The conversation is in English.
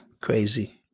crazy